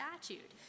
statute